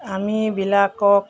আমিবিলাকক